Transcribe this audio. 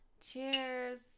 cheers